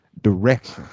direction